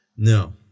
No